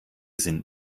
sind